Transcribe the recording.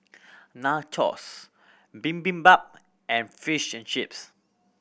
Nachos Bibimbap and Fish and Chips